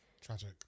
Tragic